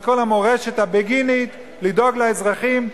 לכל המורשת הבגינית של לדאוג לאזרחים,